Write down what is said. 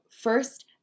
first